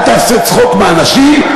אל תעשה צחוק מאנשים,